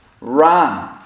run